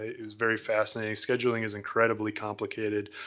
it was very fascinating. scheduling is incredibly complicated.